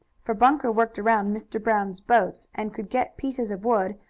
for bunker worked around mr. brown's boats, and could get pieces of wood,